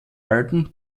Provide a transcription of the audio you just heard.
alten